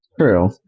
True